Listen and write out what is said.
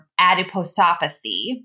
adiposopathy